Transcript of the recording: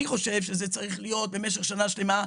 אני חושב שזה צריך להיות במשך שנה שלמה,